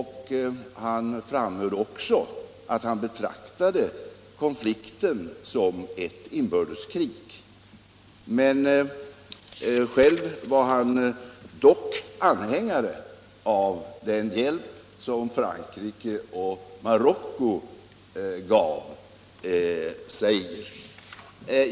Han framhöll också att han betraktade konflikten som ett inbördeskrig, men han var positiv till den hjälp som Frankrike och Marocko gav Zaire.